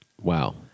Wow